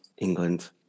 England